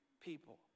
people